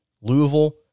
Louisville